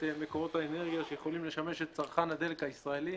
מקורות האנרגיה שיכולים לשמש את צרכן הדלק הישראלי.